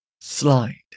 slide